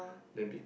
they beat